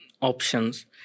options